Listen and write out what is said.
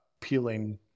peeling